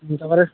চিন্তা করার